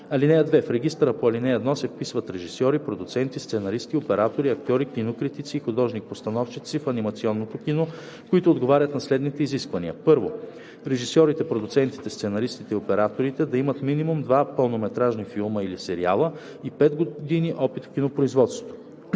7 и 8. (2) В регистъра по ал. 1 се вписват режисьори, продуценти, сценаристи, оператори, актьори, кинокритици и художник-постановчици в анимационното кино, които отговарят на следните изисквания: 1. режисьорите, продуцентите, сценаристите и операторите да имат минимум два пълнометражни филма или сериала и 5 години опит в кинопроизводството;